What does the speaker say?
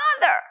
father